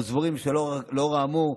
אנחנו סבורים שלאור האמור,